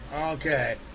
Okay